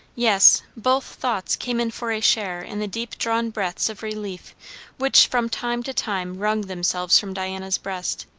yes, both thoughts came in for a share in the deep-drawn breaths of relief which from time to time wrung themselves from diana's breast.